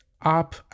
up